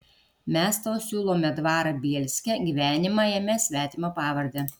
mes tau siūlome dvarą bielske gyvenimą jame svetima pavarde